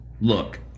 look